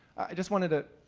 i just wanted to